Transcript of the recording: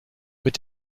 mit